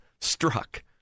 struck